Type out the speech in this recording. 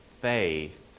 faith